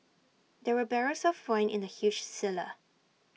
there were barrels of wine in the huge cellar